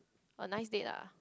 a nice date lah